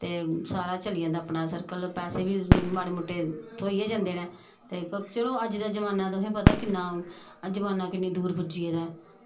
ते सारा चली जंदा अपना सर्कल पैहे बी माड़े थ्होई गै जंदे न ते चलो अज्ज दा जमाना तुसें गी पता जमाना किन्ना दूर पुज्जी गेदा ऐ